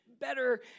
better